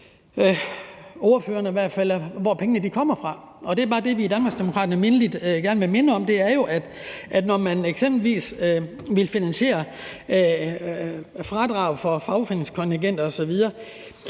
hvor pengene kommer fra, og det, vi i Danmarksdemokraterne mindeligt gerne vil gøre opmærksom på, er jo, at når man eksempelvis vil finansiere fradrag for fagforeningskontingenter osv.,